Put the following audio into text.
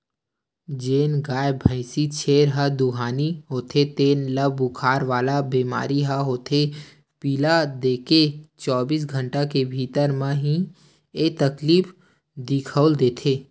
जेन गाय, भइसी, छेरी ह दुहानी होथे तेन ल बुखार वाला बेमारी ह होथे पिला देके चौबीस घंटा के भीतरी म ही ऐ तकलीफ दिखउल देथे